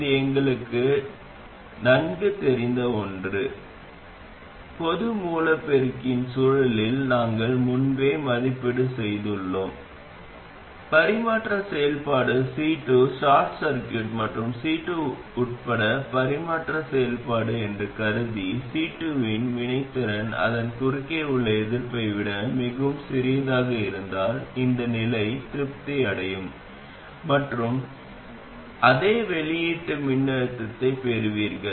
இது எங்களுக்கு நன்கு தெரிந்த ஒன்று பொது மூல பெருக்கியின் சூழலில் நாங்கள் முன்பே மதிப்பீடு செய்துள்ளோம் பரிமாற்ற செயல்பாடு C2 ஷார்ட் சர்க்யூட் மற்றும் C2 உட்பட பரிமாற்ற செயல்பாடு என்று கருதி C2 இன் வினைத்திறன் அதன் குறுக்கே உள்ள எதிர்ப்பை விட மிகவும் சிறியதாக இருந்தால் இந்த நிலை திருப்தி அடையும் மற்றும் அதே வெளியீட்டு மின்னழுத்தத்தைப் பெறுவீர்கள்